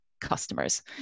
customers